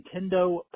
Nintendo